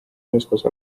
üheskoos